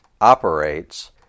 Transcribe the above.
operates